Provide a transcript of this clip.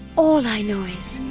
all i know is,